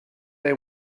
they